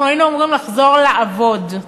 היינו אמורים לחזור לעבוד,